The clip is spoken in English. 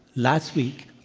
last week,